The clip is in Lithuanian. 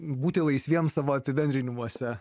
būti laisviems savo apibendrinimuose